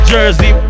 Jersey